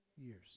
years